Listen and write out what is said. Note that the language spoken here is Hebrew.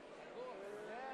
חברי הכנסת,